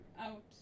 out